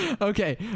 Okay